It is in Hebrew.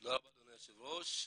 תודה רבה אדוני היושב ראש.